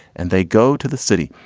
and they go to the city.